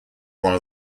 one